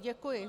Děkuji.